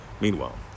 Meanwhile